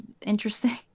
interesting